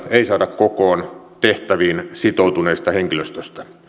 ei saada kokoon tehtäviin sitoutuneista henkilöistä